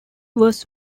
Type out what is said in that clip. was